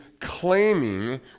claiming